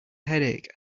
headache